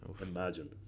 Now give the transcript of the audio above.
Imagine